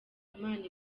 imana